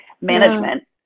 management